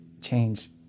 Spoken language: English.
change